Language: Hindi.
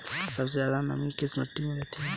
सबसे ज्यादा नमी किस मिट्टी में रहती है?